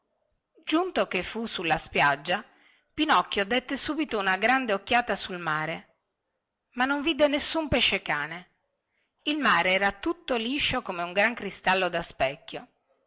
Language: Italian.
giunto che fu sulla spiaggia pinocchio dette subito una grande occhiata sul mare ma non vide nessun pescecane il mare era tutto liscio come un gran cristallo da specchio